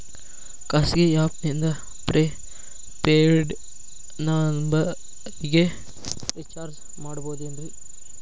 ಖಾಸಗಿ ಆ್ಯಪ್ ನಿಂದ prepaid ನಂಬರಿಗ ರೇಚಾರ್ಜ್ ಮಾಡಬಹುದೇನ್ರಿ?